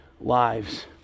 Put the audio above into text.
lives